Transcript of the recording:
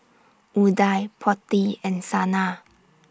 Udai Potti and Sanal